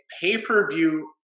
pay-per-view